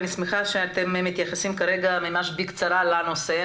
אני שמחה שאתם מתייחסים כרגע ממש בקצרה לנושא,